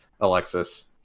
Alexis